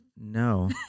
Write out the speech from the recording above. No